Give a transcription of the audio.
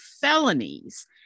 felonies